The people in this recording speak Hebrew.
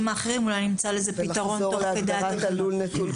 האחרים ואולי נמצא לזה פתרון תוך כדי הליכה.